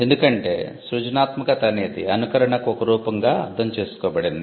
ఎందుకంటే సృజనాత్మకత అనేది అనుకరణకు ఒక రూపంగా అర్థం చేసుకోబడింది